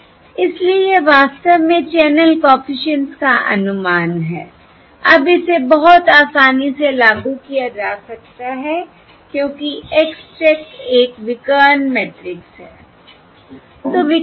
इसलिए यह वास्तव में चैनल कॉफिशिएंट्स का अनुमान है अब इसे बहुत आसानी से लागू किया जा सकता है क्योंकि X चेक एक विकर्ण मैट्रिक्स है